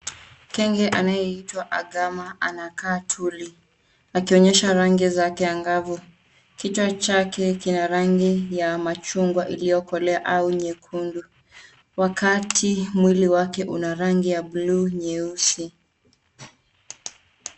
Kenge anayeitwa Agama anakaa tuli, akionyesha rangi zake angavu. Kichwa chake kina rangi ya machungwa iliokolea au nyekundu, wakati mwili wake una rangi ya blue nyeusi.